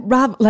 Rob